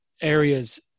areas